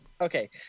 Okay